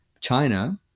China